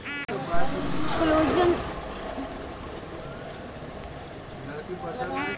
collagen धमनी के समय समय पर मरम्मत करत रहला